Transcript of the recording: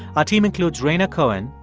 our team includes rhaina cohen,